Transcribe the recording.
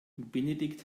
benedikt